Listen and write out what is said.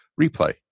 replay